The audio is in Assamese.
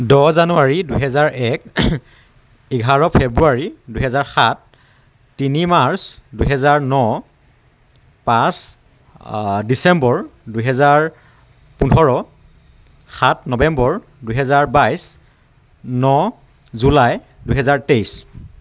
দহ জানুৱাৰী দুহেজাৰ এক এঘাৰ ফেব্ৰুৱাৰী দুহেজাৰ সাত তিনি মাৰ্চ দুহেজাৰ ন পাঁচ ডিচেম্বৰ দুহেজাৰ পোন্ধৰ সাত নৱেম্বৰ দুহেজাৰ বাইছ ন জুলাই দুহেজাৰ তেইছ